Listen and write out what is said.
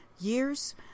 years